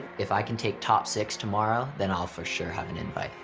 if i can take top six tomorrow, then i'll for sure have an invite.